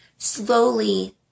Slowly